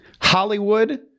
Hollywood